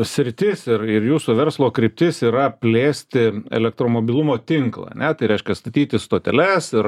sritis ir ir jūsų verslo kryptis yra plėsti elektromobilumo tinklą tai reiškia statyti stoteles ir